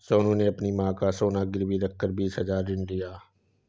सोनू ने अपनी मां का सोना गिरवी रखकर बीस हजार ऋण लिया